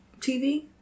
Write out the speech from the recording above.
TV